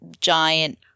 giant